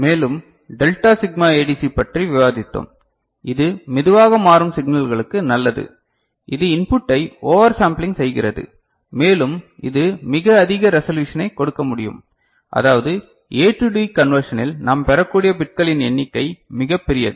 மேலும் delta sigma ADC பற்றி விவாதித்தோம் இது மெதுவாக மாறும் சிக்னல்களுக்கு நல்லது இது இன்புட்டை ஓவர் சாம்பிலிங் செய்கிறது மேலும் இது மிக அதிக ரெசலுஷனை கொடுக்க முடியும் அதாவது ஏ டு டி கன்வர்ஷனில் நாம் பெறக்கூடிய பிட்களின் எண்ணிக்கை மிகப் பெரியது